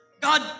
God